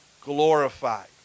glorified